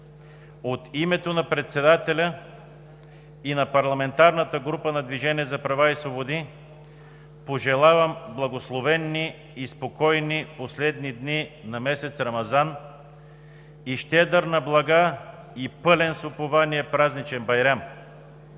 от името на председателя и на парламентарната група на „Движението за права и свободи“ пожелавам благословени и спокойни последни дни на месец Рамазан и щедър на блага и пълен с упование празничен Байрям!